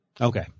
Okay